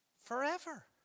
forever